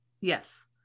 Yes